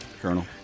Colonel